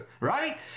Right